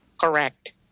Correct